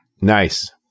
Nice